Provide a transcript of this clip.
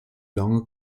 lange